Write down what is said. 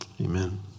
Amen